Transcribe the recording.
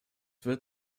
wird